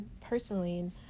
personally